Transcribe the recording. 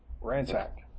ransacked